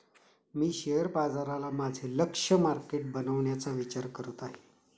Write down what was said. मी share बाजाराला माझे लक्ष्य मार्केट बनवण्याचा विचार करत आहे